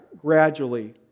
gradually